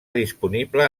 disponible